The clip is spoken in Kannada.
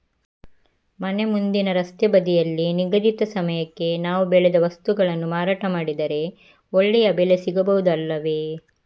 ಮನೆ ಮುಂದಿನ ರಸ್ತೆ ಬದಿಯಲ್ಲಿ ನಿಗದಿತ ಸಮಯಕ್ಕೆ ನಾವು ಬೆಳೆದ ವಸ್ತುಗಳನ್ನು ಮಾರಾಟ ಮಾಡಿದರೆ ಒಳ್ಳೆಯ ಬೆಲೆ ಸಿಗಬಹುದು ಅಲ್ಲವೇ?